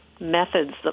methods